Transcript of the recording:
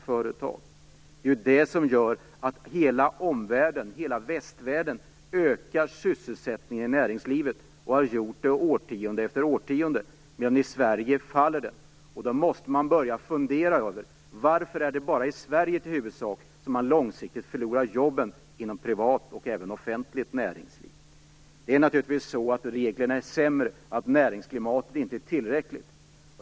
Det är detta som gör att i hela omvärlden, hela västvärlden, ökar sysselsättningen i näringslivet. Det har den gjort under årtionde efter årtionde, medan den faller i Sverige. Då måste man börja fundera över varför det i huvudsak bara är i Sverige som man långsiktigt förlorar jobben inom privat och även offentligt näringsliv. Det är naturligtvis så att reglerna är sämre och att näringsklimatet inte är tillräckligt gott.